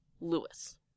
Lewis